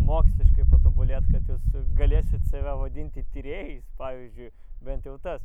moksliškai patobulėt kad jūs galėsit save vadinti tyrėjais pavyzdžiui bent jau tas